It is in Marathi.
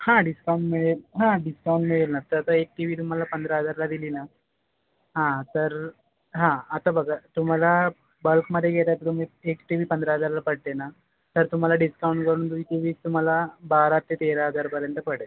हां डिस्काउंट मिळेल हा डिस्काउंट मिळेल ना तसा एक टी वी तुम्हाला पंधरा हजारला दिली ना हां तर हां आता बघा तुम्हाला बल्कमध्ये घेत आहे तर तुम्ही एक टी वी पंधरा हजारला पडते ना तर तुम्हाला डिस्काउंट करून ती टी वी तुम्हाला बारा ते तेरा हजारपर्यंत पडेल